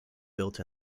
built